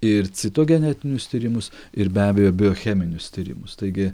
ir citogenetinius tyrimus ir be abejo biocheminius tyrimus taigi